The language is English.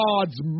God's